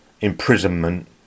imprisonment